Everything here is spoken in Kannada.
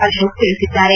ಅಶೋಕ ತಿಳಿಸಿದ್ದಾರೆ